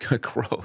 Gross